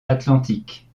atlantique